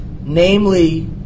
namely